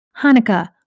Hanukkah